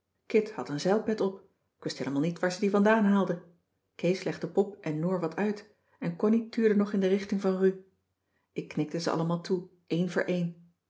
kit had een zeilpet op ik wist heelemaal niet waar ze die vandaan haalde kees legde pop en noor wat uit en connie tuurde nog in de richting van ru ik knikte ze allemaal toe eén voor eén